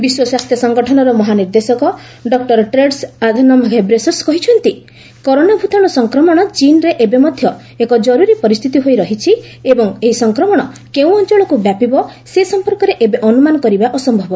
ବିଶ୍ୱ ସ୍ୱାସ୍ଥ୍ୟ ସଂଗଠନର ମହାନିର୍ଦ୍ଦେଶକ ଡକ୍ର ଟେଡ୍ରସ୍ ଆଧନମ୍ ଘେବ୍ରେସସ୍ କହିଛନ୍ତିକରୋନା ଭୂତାଣୁ ସଂକ୍ରମଣ ଚୀନରେ ଏବେ ମଧ୍ୟ ଏକ ଜରୁରୀ ପରିସ୍ଥିତି ହୋଇ ରହିଛି ଏବଂ ଏହି ସଂକ୍ରମଣ କେଉଁ ଅଞ୍ଚଳକୁ ବ୍ୟାପିବ ସେ ସଂପର୍କରେ ଏବେ ଅନୁମାନ କରିବା ଅସ୍ୟବ